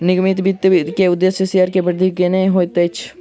निगमित वित्त के उदेश्य शेयर के वृद्धि केनै होइत अछि